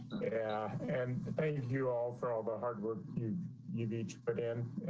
and thank you all for all the hard work you each put in,